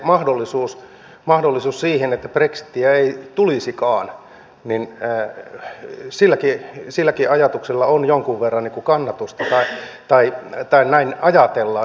se mahdollisuus siihen että brexitiä ei tulisikaan silläkin ajatuksella on jonkun verran kannatusta tai näin ajatellaan